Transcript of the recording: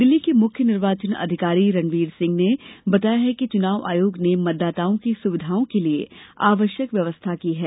दिल्ली के मुख्य निर्वाचन अधिकारी रणवीर सिंह ने बताया है कि चुनाव आयोग ने मतदाताओं की सुविधाओं के लिए आवश्यक व्यवस्था की है